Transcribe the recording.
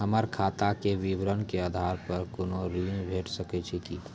हमर खाता के विवरण के आधार प कुनू ऋण भेट सकै छै की?